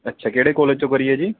ਅੱਛਾ ਕਿਹੜੇ ਕੋਲਜ 'ਚੋਂ ਕਰੀ ਆ ਜੀ